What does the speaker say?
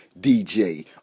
DJ